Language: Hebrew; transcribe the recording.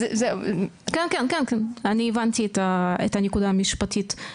אני הבנתי את הנקודה המשפטית.